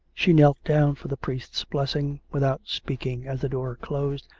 she knelt down for the priest's blessing, without speak ing, as the door closed,